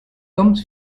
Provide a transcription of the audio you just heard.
comes